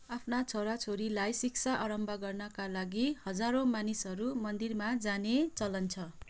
आफ्ना छोराछोरीलाई शिक्षा आरम्भ गर्नाका लागि हजारौँ मानिसहरू मन्दिरमा जाने चलन छ